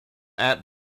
app